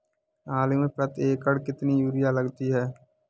आलू में प्रति एकण कितनी यूरिया लगती है?